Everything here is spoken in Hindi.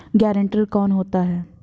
गारंटर कौन होता है?